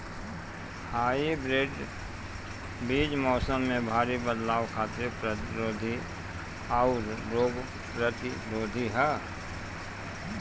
hybrid बीज मौसम में भारी बदलाव खातिर प्रतिरोधी आउर रोग प्रतिरोधी ह